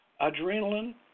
Adrenaline